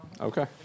Okay